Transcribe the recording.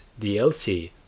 DLC